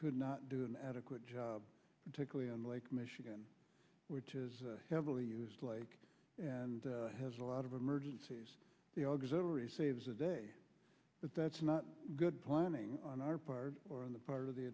could not do an adequate job particularly on lake michigan which is a heavily used lake and has a lot of emergencies the auxiliary saves the day but that's not good planning on our part or on the part of the